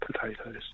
potatoes